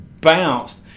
bounced